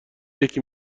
یکی